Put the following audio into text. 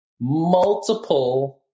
Multiple